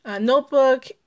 notebook